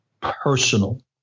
personal